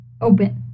open